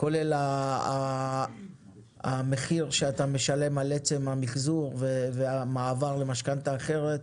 כולל המחיר שאתה משלם על עצם המחזור והמעבר למשכנתא אחרת,